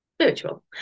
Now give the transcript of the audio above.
spiritual